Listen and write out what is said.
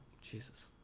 jesus